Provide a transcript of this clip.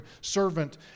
servant